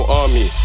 army